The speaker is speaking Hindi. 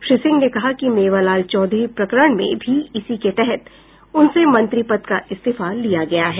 श्री सिंह ने कहा कि मेवालाल चौधरी प्रकरण में भी इसी के तहत उनसे मंत्री पद का इस्तीफा लिया गया है